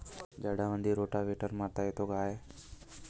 झाडामंदी रोटावेटर मारता येतो काय?